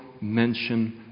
mention